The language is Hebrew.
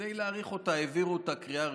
וכדי להאריך אותה העבירו אותה בקריאה הראשונה,